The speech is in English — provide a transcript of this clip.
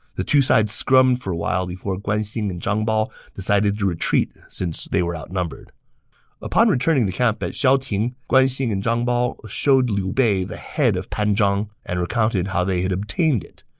the two sides scrummed for a while before guan xing and zhang bao decided to retreat since they were outnumbered upon returning to camp at xiaoting, guan xing and zhang bao showed liu bei the head of pan zhang and recounted how they obtained it.